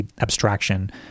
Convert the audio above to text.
abstraction